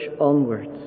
onwards